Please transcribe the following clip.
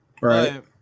Right